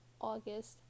August